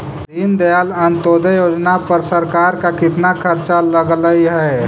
दीनदयाल अंत्योदय योजना पर सरकार का कितना खर्चा लगलई हे